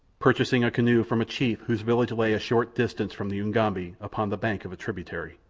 purchasing a canoe from a chief whose village lay a short distance from the ugambi upon the bank of a tributary.